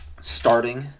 starting